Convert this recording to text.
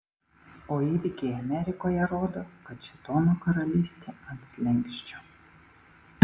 o įvykiai amerikoje rodo kad šėtono karalystė ant slenksčio